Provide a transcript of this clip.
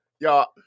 Y'all